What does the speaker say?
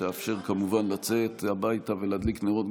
שתאפשר כמובן לצאת הביתה ולהדליק נרות,